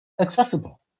accessible